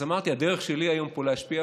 אז אמרתי: הדרך שלי היום להשפיע,